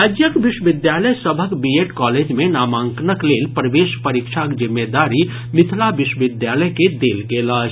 राज्यक विश्वविद्यालय सभक बीएड कॉलेज मे नामांकनक लेल प्रवेश परीक्षाक जिम्मेदारी मिथिला विश्वविद्यालय के देल गेल अछि